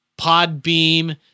Podbeam